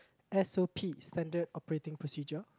S_O_P Standard operating procedure